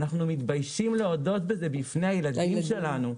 אנחנו מתביישים להודות בזה בפני הילדים שלנו.